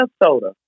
Minnesota